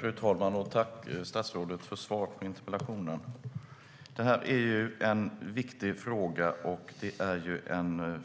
Fru talman! Tack, statsrådet, för svaret på interpellationen! Det här är en viktig fråga.